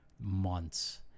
months